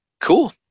cool